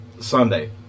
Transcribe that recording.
Sunday